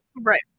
right